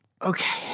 Okay